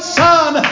son